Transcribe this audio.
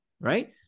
right